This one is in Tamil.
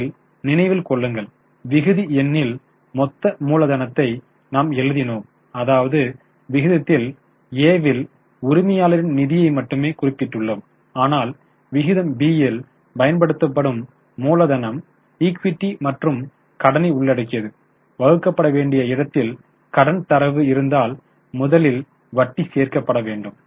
முதலில் நினைவில் கொள்ளுங்கள் விகுதி எண்ணில் மொத்த மூலதனத்தை நாம் எழுதினோம் அதாவது விகிதத்தில் A வில் உரிமையாளர்களின் நிதியை மட்டுமே குறிப்பிட்டுள்ளோம் ஆனால் விகிதம் B யில் பயன்படுத்தப்படும் மூலதனம் ஈக்விட்டி மற்றும் கடனை உள்ளடக்கியது வகுக்கப்பட வேண்டிய இடத்தில் கடன் தரவு இருந்தால் முதலில் வட்டி சேர்க்கப்பட வேண்டும்